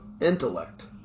intellect